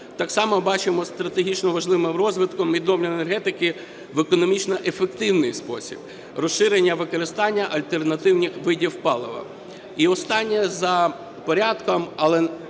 Так само бачимо стратегічно важливим розвитком відновлювальної енергетики в економічно ефективний спосіб, розширення використання альтернативних видів палива. І останнє, за порядком, але